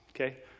Okay